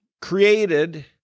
created